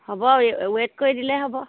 হ'ব ৱে ৱেট কৰি দিলে হ'ব